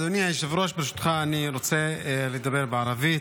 אדוני היושב-ראש, ברשותך, אני רוצה לדבר בערבית.